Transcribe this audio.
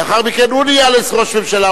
לאחר מכן הוא נהיה לראש ממשלה,